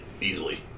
easily